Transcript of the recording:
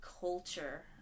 culture